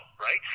right